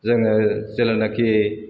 जोङो जेलानाखि